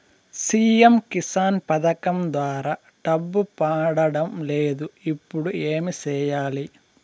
CM Kisan పథకం ద్వారా డబ్బు పడడం లేదు ఇప్పుడు ఏమి సేయాలి